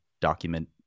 document